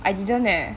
I didn't eh